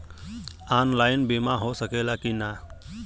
Online बीमा हो सकेला की ना?